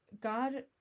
God